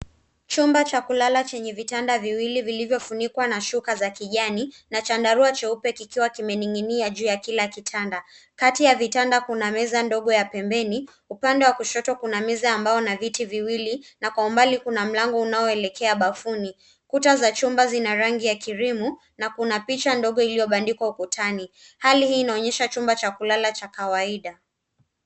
Chumba cha kulala chenye vitanda viwili vilivyofunikwa na shuka za kijani na chandarua cheupe kikiwa kimeninginia juu ya kila kitanda. Kati ya kitanda, kuna meza ndogo ya pembeni. Upande wa kushoto kuna meza ya mbao na viti viwili na kwa umbali kuna mlango unaoelekea bafuni. Kuta za chumba zina rangi ya kirimu na kuna picha ndogo iliyobandikwa ukutani. Hali hii inaonyesha chumba cha kulala cha kawaida.